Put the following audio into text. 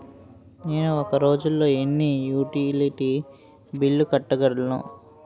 నేను ఒక రోజుల్లో ఎన్ని యుటిలిటీ బిల్లు కట్టగలను?